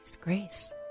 grace